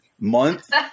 month